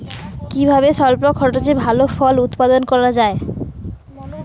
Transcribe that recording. কিভাবে স্বল্প খরচে ভালো ফল উৎপাদন করা যায়?